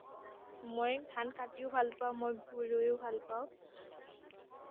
মই ধান কাটিও ভাল পাওঁ মই ভুই ৰুইও ভাল পাওঁ